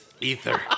Ether